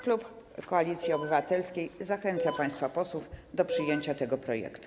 Klub Koalicji Obywatelskiej zachęca państwa posłów do przyjęcia tego projektu.